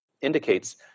indicates